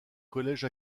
collège